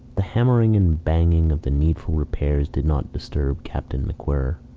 the hammering and banging of the needful repairs did not disturb captain macwhirr.